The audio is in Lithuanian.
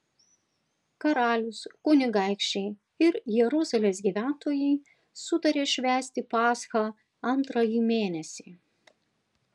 karalius kunigaikščiai ir jeruzalės gyventojai sutarė švęsti paschą antrąjį mėnesį